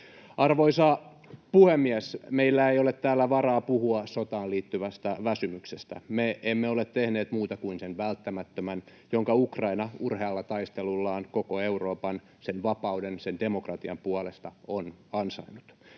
Arvoisa puhemies! Meillä ei ole täällä varaa puhua sotaan liittyvästä väsymyksestä. Me emme ole tehneet muuta kuin sen välttämättömän, jonka Ukraina on ansainnut urhealla taistelullaan koko Euroopan, sen vapauden, sen demokratian, puolesta. Siksi